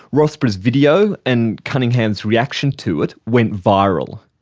rossborough's video and cunningham's reaction to it went viral.